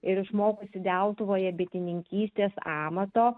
ir išmokusi deltuvoje bitininkystės amato